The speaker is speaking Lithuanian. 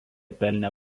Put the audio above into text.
pelnė